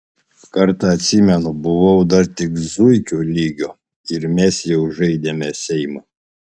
kartą atsimenu buvau dar tik zuikių lygio ir mes jau žaidėme seimą